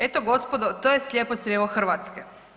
Eto gospodo to je slijepo crijevo Hrvatske.